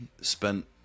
spent